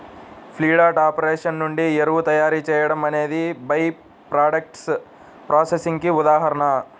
feedlot operation నుండి ఎరువు తయారీ చేయడం అనేది బై ప్రాడక్ట్స్ ప్రాసెసింగ్ కి ఉదాహరణ